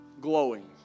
glowing